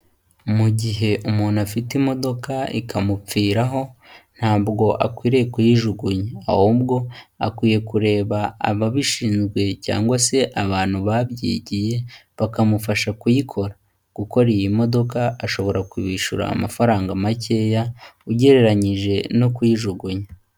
Mu gihe umuntu afite imodoka ikamupfiraho ntabwo akwiriye kuyijugunya ahubwo akwiriye kureba ababishinzwe cyangwa se abantu babyigiye bakamufasha kuyikora. Gukora iyi modoka ashobora kubishyura amafaranga makeya ugereranyije no kuyijugunya.